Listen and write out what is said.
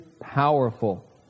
powerful